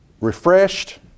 refreshed